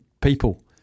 People